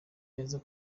neza